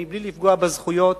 מבלי לפגוע בזכויות